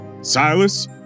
Silas